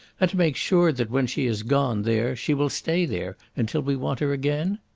and to make sure that when she has gone there she will stay there until we want her again?